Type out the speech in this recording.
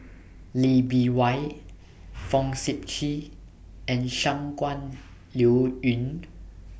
Lee Bee Wah Fong Sip Chee and Shangguan Liuyun